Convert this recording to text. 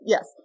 Yes